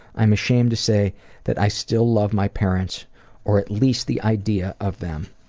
i am ashamed to say that i still love my parents or at least the idea of them.